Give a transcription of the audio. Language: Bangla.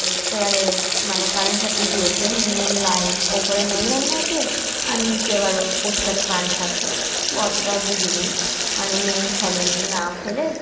এবারে মানে কারেন্ট সারতে গিয়েছে মেন লাইন ওপরে মেন লাইন আছে আর নিচে এবারে পোস্টারে কারেন্ট সারছে ও অতটাও বুঝিনি মানে মেন ফেলেনি না ফেলে